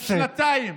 שנתיים